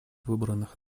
выбранных